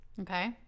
Okay